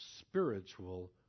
spiritual